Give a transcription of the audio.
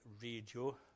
radio